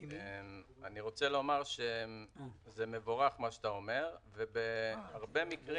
אני רוצה לומר שזה מבורך מה שאתה אומר ובהרבה מקרים,